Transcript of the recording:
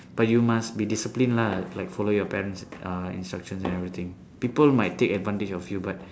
but you must be discipline lah like follow your parents uh instructions and everything people might take advantage of you but